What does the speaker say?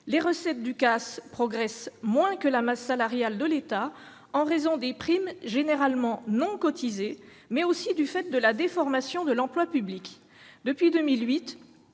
Les recettes du CAS progressent moins que la masse salariale de l'État en raison des primes généralement non cotisées, mais aussi du fait de la déformation de l'emploi public. Depuis 2008